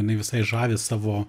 jinai visai žavi savo